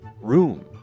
room